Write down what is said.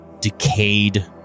decayed